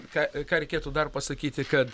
ką ką reikėtų dar pasakyti kad